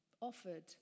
offered